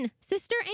Sister